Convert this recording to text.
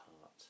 heart